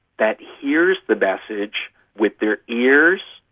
that hears the message with their ears,